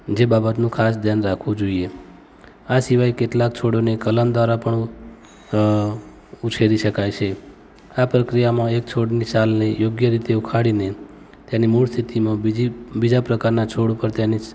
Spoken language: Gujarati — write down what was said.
જે બાબતનું ખાસ ધ્યાન રાખવું જોઈએ આ સિવાય કેટલાક છોડોને કલમ દ્વારા પણ ઉછેરી શકાય છે આ પ્રક્રિયામાં એ છોડની છાલને યોગ્ય રીતે ઉખાડીને તેની મૂળ સ્થિતિમાં બીજી બીજા પ્રકારના છોડ ઉપર તેની